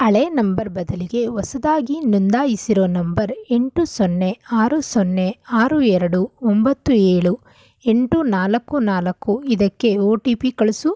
ಹಳೇ ನಂಬರ್ ಬದಲಿಗೆ ಹೊಸದಾಗಿ ನೊಂದಾಯಿಸಿರೋ ನಂಬರ್ ಎಂಟು ಸೊನ್ನೆ ಆರು ಸೊನ್ನೆ ಆರು ಎರಡು ಒಂಬತ್ತು ಏಳು ಎಂಟು ನಾಲ್ಕು ನಾಲ್ಕು ಇದಕ್ಕೆ ಓ ಟಿ ಪಿ ಕಳಿಸು